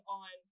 on